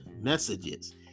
messages